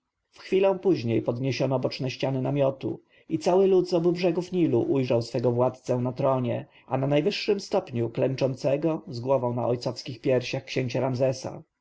w chwilę później podniesiono boczne ściany namiotu i cały lud z obu brzegów nilu ujrzał swego władcę na tronie a na najwyższym stopniu klęczącego z głową na ojcowskich piersiach księcia ramzesa